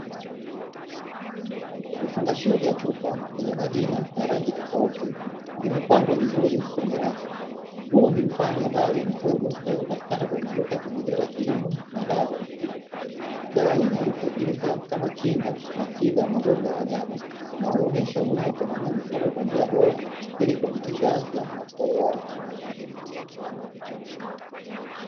Vifaa vya chupa vyenye majina na rangi tofauti zimepangwa vizuri kwenye rap huu ni mfano wa dawa za mifugo zinazopatikana jamii dawa hizi hutumika kama kinga na tiba magonjwa ya wanyama na huonyesha umuhimu wa kuwa duniani mkubwa kwa njia bora ili kuhakikisha afya na ustawi wao.